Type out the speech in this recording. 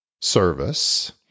service